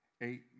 eight